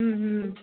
ம்ம்